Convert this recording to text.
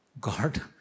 God